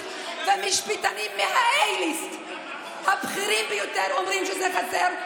ומשפטנים מה-A-list הבכירים ביותר אומרים שזה חסר,